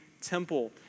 temple